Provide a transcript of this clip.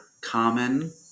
common